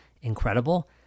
incredible